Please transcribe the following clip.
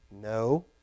No